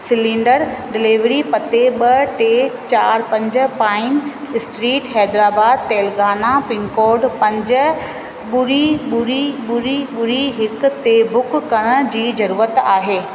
cylinder delivery पते ॿ टे चारि पंज pine street Hyderabad Telangana pincode पंज ॿुड़ी ॿुड़ी ॿुड़ी ॿुड़ी हिकु ते बुक करण जी जरुरत आहे